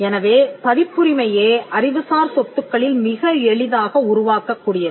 எனவே பதிப்புரிமையே அறிவுசார் சொத்துக்களில் மிக எளிதாக உருவாக்கக் கூடியது